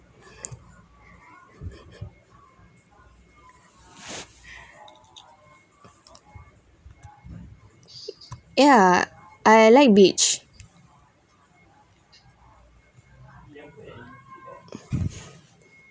ya I like beach